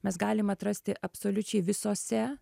mes galim atrasti absoliučiai visose